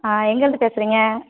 ஆ எங்கே இருந்து பேசுறீங்க